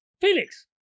Felix